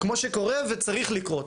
כמו שקורה וצריך לקרות.